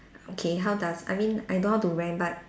okay how does I mean I don't know how to rank but